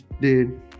dude